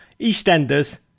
EastEnders